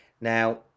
Now